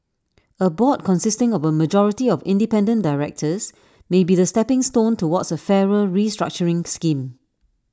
A board consisting of A majority of independent directors may be the stepping stone towards A fairer restructuring scheme